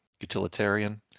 utilitarian